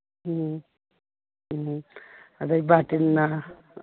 ꯎꯝ ꯎꯝ ꯑꯗꯩ ꯕꯥꯇꯤꯟꯅ